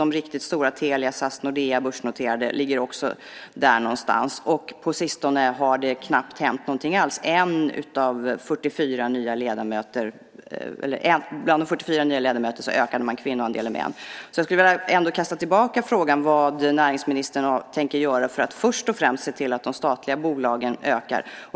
De riktigt stora börsnoterade, Telia, SAS, Nordea, ligger också där någonstans. Och på sistone har det knappt hänt någonting alls. Bland de 44 nya ledamöterna så ökade man kvinnoandelen med en. Därför skulle jag ändå vilja kasta tillbaka frågan: Vad tänker näringsministern göra för att först och främst se till att det ökar i de statliga bolagen?